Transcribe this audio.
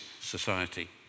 society